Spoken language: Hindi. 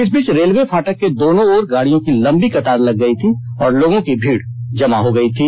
इस बीच रेलवे फाटक के दोनों ओर गोड़ियों की लंबी कतार लग गई थी और लोगों की भीड़ जमा हो गई थी